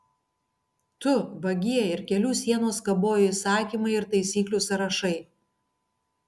tu vagie ir kelių sienos kabojo įsakymai ir taisyklių sąrašai